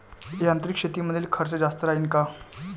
यांत्रिक शेतीमंदील खर्च जास्त राहीन का?